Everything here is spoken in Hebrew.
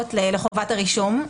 חשובות לחובת הרישום,